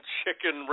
chicken